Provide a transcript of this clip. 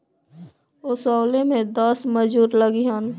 ओसवले में दस मजूर लगिहन